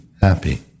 happy